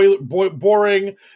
boring